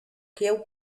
kieł